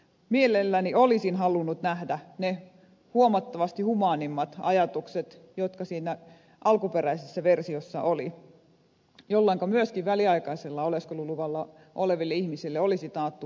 mielelläni olisin halunnut nähdä ne huomattavasti humaanimmat ajatukset jotka siinä alkuperäisessä versiossa olivat jolloinka myöskin väliaikaisella oleskeluluvalla oleville ihmisille olisi taattu kielikoulutusta